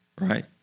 right